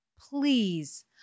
Please